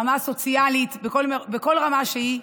ברמה הסוציאלית, בכל רמה שהיא,